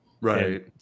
right